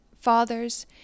fathers